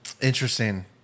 Interesting